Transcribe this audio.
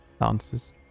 answers